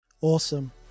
awesome